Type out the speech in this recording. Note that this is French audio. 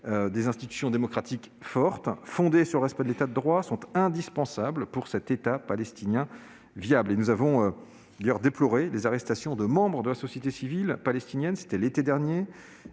Des institutions démocratiques fortes, fondées sur le respect de l'État de droit, sont indispensables pour un État palestinien viable. Nous avons d'ailleurs déploré, l'été dernier, les arrestations de membres de la société civile palestinienne, et exprimé notre